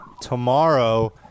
tomorrow